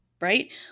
right